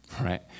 Right